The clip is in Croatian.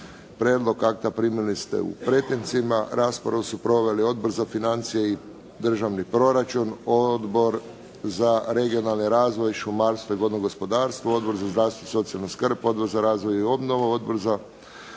Prijedlog akta primili ste u pretincima. Raspravu su proveli Odbor za financije i državni proračun, Odbor za regionalni razvoj, šumarstvo i vodno gospodarstvo, Odbor za zdravstvo i socijalnu skrb, Odbor za razvoj i obnovu, Odbor za